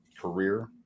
career